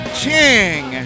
ching